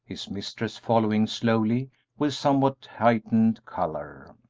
his mistress following slowly with somewhat heightened color.